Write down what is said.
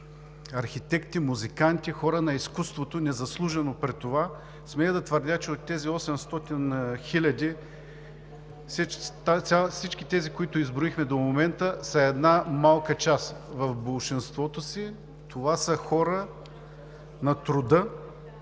архитекти, музиканти, хора на изкуството, незаслужено при това. Смея да твърдя, че от тези 800 хиляди всички тези, които изброих, са една малка част. В болшинството си това са хора на труда,